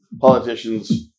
politicians